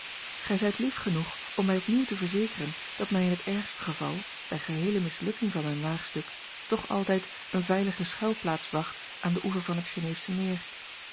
gij zijt lief genoeg om mij opnieuw te verzekeren dat mij in het ergste geval bij geheele mislukking van mijn waagstuk toch altijd eene veilige schuilplaats wacht aan den oever van het geneefsche meer